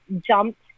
jumped